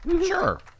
Sure